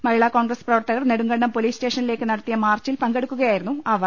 മഹിളാ കോൺഗ്രസ് പ്രവർത്തകർ Nedumkandam police സ്റ്റേഷനിലേക്ക് നടത്തിയ മാർച്ചിൽ പങ്കെടുക്കുകയാ യിരുന്നു അവർ